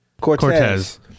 Cortez